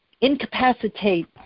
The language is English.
incapacitate